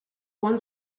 one